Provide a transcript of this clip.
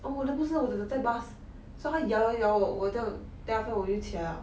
哦我的不是我只是在 bus so 他摇摇摇我我我这样 then after that 我就起来了